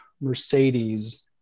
Mercedes